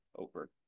over